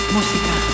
Música